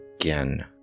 again